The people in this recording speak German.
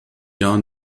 jahr